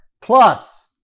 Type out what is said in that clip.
plus